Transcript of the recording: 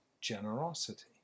generosity